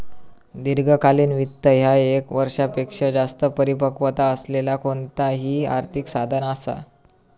दीर्घकालीन वित्त ह्या ये क वर्षापेक्षो जास्त परिपक्वता असलेला कोणताही आर्थिक साधन असा